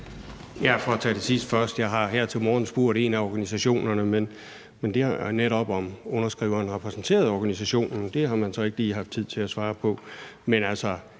(V): For at tage det sidste først: Jeg har her til morgen netop spurgt en af organisationerne, om underskriveren repræsenterede organisationen. Det har man så ikke lige haft tid til at svare på.